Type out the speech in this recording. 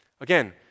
Again